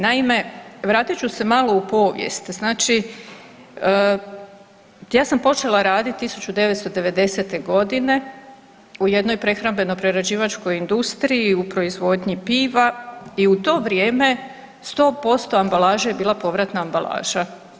Naime, vratit ću se malo u povijest, ja sam počela raditi 1990. g. u jednoj prehrambeno-prerađivačkoj industriji u proizvodnji piva i u to vrijeme 100% ambalaže je bila povratna ambalaža.